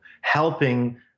helping